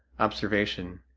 observation,